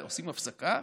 עושים הפסקה,